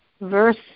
verse